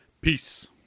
Peace